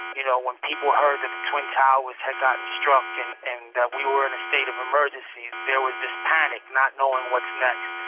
you know, when people heard that the twin towers had gotten struck and and we were in a state of emergency, there was this panic not knowing what's next.